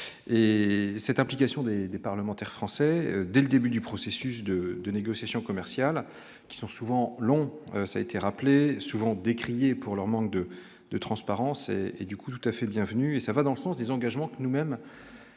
et cette application des des parlementaires. Français dès le début du processus de de négociations commerciales qui sont souvent longs ça été rappelé souvent décriés pour leur manque de de transparence et et du coup tout à fait bienvenu et ça va dans le sens des engagements que nous-mêmes nous